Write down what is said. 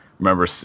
Remember